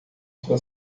sua